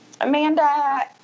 Amanda